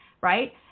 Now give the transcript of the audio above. right